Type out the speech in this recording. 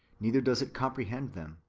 neither does it comprehend them.